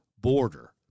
border